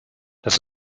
dass